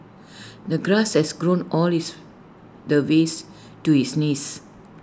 the grass has grown all this the ways to his knees